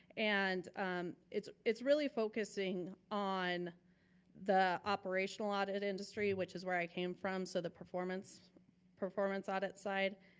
and it's it's really focusing on the operational audit industry, which is where i came from, so the performance performance audit side,